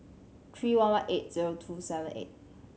three one one eight zero two seven eight